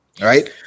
right